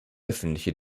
öffentliche